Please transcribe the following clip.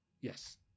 Yes